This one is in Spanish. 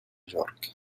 york